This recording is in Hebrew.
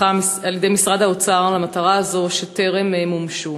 על-ידי משרד האוצר למטרה הזאת וטרם מומשו.